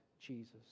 Jesus